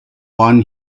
one